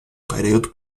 період